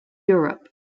europe